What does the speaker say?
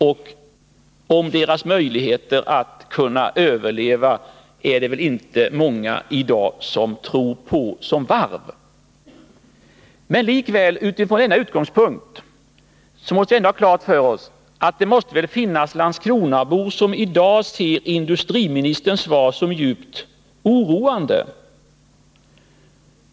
Och dess möjligheter att överleva som varv är det väl inte många som tror på i dag. Men likväl: från denna utgångspunkt måste vi ändå ha klart för oss att det finns Landskronabor som ser industriministerns svar som djupt oroande.